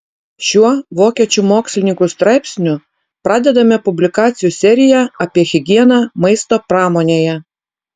šiuo vokiečių mokslininkų straipsniu pradedame publikacijų seriją apie higieną maisto pramonėje